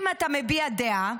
אם אתה מביע דעה,